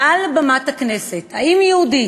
מעל במת הכנסת: האם יהודי